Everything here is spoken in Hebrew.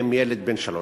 ובהם ילד בן שלוש.